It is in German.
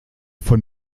von